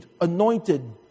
anointed